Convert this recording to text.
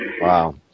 Wow